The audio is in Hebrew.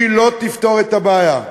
לא תפתור את הבעיה.